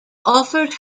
offered